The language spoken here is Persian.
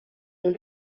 اون